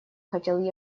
хотел